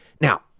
Now